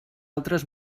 altres